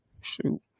Shoot